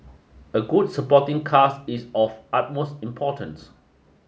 a good supporting cast is of utmost importance